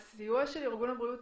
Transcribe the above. הסיוע של ארגון הבריאות